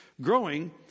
growing